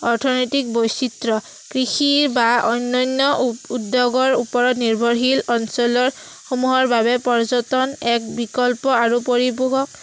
অৰ্থনৈতিক বৈচিত্ৰ কৃষিৰ বা অন্যান্য উদ্যোগৰ ওপৰত নিৰ্ভৰশীল অঞ্চলৰসমূহৰ বাবে পৰ্যটন এক বিকল্প আৰু পৰিপূৰক